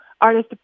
artist